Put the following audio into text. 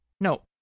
No